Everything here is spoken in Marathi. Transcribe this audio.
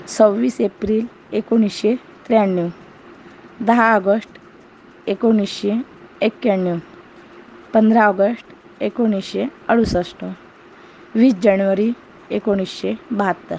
सव्वीस एप्रिल एकोणीसशे त्र्याण्णव दहा ऑगस्ट एकोणीसशे एक्क्याण्णव पंधरा ऑगस्ट एकोणीसशे अडुसष्ट वीस जानेवारी एकोणीसशे बहात्तर